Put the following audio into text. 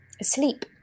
asleep